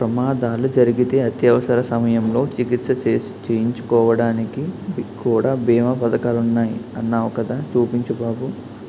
ప్రమాదాలు జరిగితే అత్యవసర సమయంలో చికిత్స చేయించుకోడానికి కూడా బీమా పదకాలున్నాయ్ అన్నావ్ కదా చూపించు బాబు